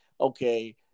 Okay